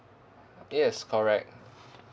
yes correct